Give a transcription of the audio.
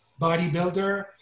bodybuilder